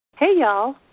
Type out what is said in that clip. hey, y'all.